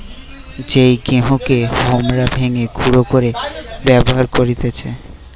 যেই গেহুকে হামরা ভেঙে গুঁড়ো করে ব্যবহার করতেছি